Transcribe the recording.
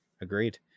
agreed